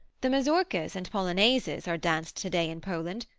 the mazurkas and polonaises are danced to-day in poland,